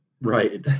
Right